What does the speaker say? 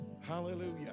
Hallelujah